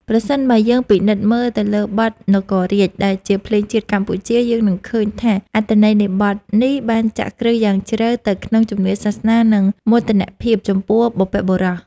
ប្រសិនបើយើងពិនិត្យមើលទៅលើបទ នគររាជ ដែលជាភ្លេងជាតិកម្ពុជា យើងនឹងឃើញថាអត្ថន័យនៃបទនេះបានចាក់គ្រឹះយ៉ាងជ្រៅទៅក្នុងជំនឿសាសនា និងមោទនភាពចំពោះបុព្វបុរស។